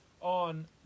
on